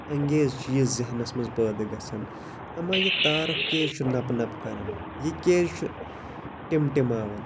اَنگیز چیٖز ذہنَس مَنٛز پٲدٕ گَژھان اَما یہِ تارُک کیاز چھُ نَپہٕ نَپہٕ کَران یہِ کیاز چھُ ٹِمٹِماوان